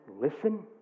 Listen